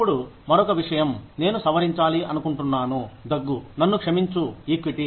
అప్పుడు మరొక విషయం నేను సవరించాలి అనుకుంటున్నాను దగ్గు నన్ను క్షమించు ఈక్విటీ